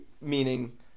meaning